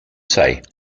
say